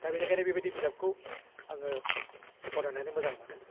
दा बिनिखायनो बिबायदि बिजाबखौ आङो फरायनानै मोजां मोनो